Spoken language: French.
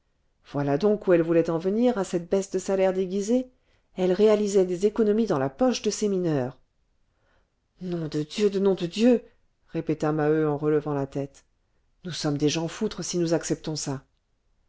voilà donc où elle voulait en venir à cette baisse de salaire déguisée elle réalisait des économies dans la poche de ses mineurs nom de dieu de nom de dieu répéta maheu en relevant la tête nous sommes des jean foutre si nous acceptons ça